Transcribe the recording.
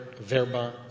Verba